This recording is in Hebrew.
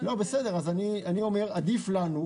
עדיף לנו,